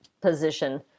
position